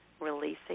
releasing